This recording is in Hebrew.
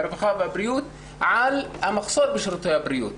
הרווחה והבריאות על המחסור בשירותי הבריאות,